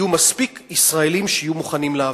יהיו מספיק ישראלים שיהיו מוכנים לעבוד.